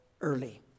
early